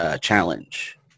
challenge